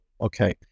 okay